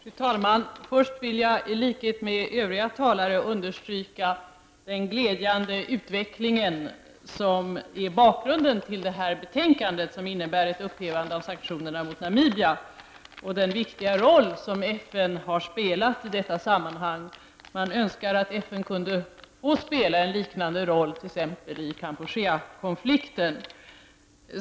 Fru talman! Först vill jag i likhet med övriga talare understryka den glädjande utvecklingen som är bakgrunden till detta betänkande, nämligen att sanktionerna mot Namibia upphävs, och den viktiga roll som FN har spelat i detta sammanhang. Man önskar att FN kunde få spela en liknande roll i t.ex. Kampucheakonflikten.